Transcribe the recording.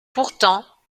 pourtant